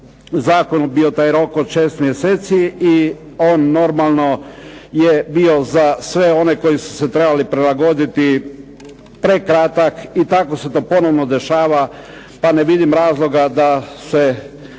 zakonu bio taj rok od 6 mjeseci i on normalno je bio za sve one koji su se trebali prilagoditi prekratak. I tako se to ponovno dešava, pa ne vidim razloga da se taj